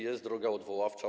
Jest droga odwoławcza.